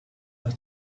are